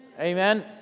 Amen